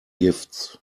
gifts